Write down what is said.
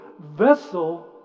vessel